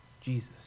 Jesus